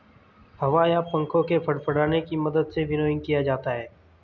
हवा या पंखों के फड़फड़ाने की मदद से विनोइंग किया जाता है